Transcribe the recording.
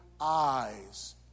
eyes